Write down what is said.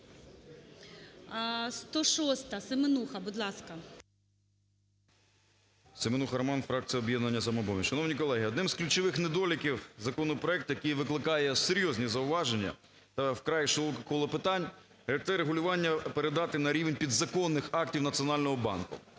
Семенуха Роман, фракція "Об'єднання "Самопоміч". Шановні колеги, одним з ключових недоліків законопроект, який викликає серйозні зауваження, вкрай широке коло питань, як це регулювання передати на рівень підзаконних актів Національного банку.